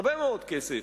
הרבה מאוד כסף,